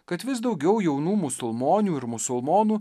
kad vis daugiau jaunų musulmonių ir musulmonų